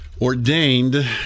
ordained